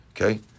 okay